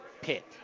Pit